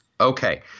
Okay